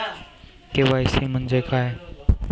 KYC म्हंजे काय?